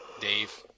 Dave